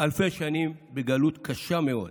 אלפי שנים בגלות קשה מאוד.